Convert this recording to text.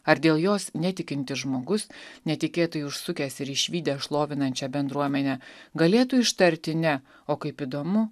ar dėl jos netikintis žmogus netikėtai užsukęs ir išvydęs šlovinančią bendruomenę galėtų ištarti ne o kaip įdomu